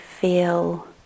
feel